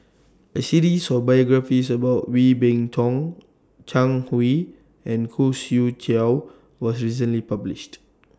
A series of biographies about Wee Beng Chong Zhang Hui and Khoo Swee Chiow was recently published